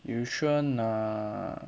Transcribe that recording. you sure not